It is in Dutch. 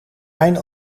mijn